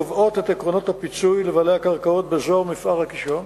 קובעות את עקרונות הפיצוי לבעלי הקרקעות באזור מפער הקישון.